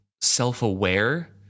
self-aware